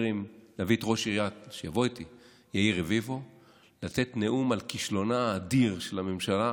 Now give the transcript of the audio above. להביא את ראש העירייה יאיר רביבו לתת נאום על כישלונה האדיר של הממשלה,